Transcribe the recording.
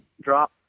Drop